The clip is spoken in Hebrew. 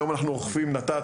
היום אנחנו אוכפים נת"צ,